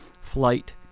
Flight